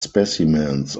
specimens